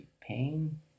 pain